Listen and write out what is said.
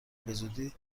بزودی